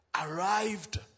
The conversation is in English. arrived